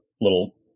little